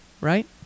Right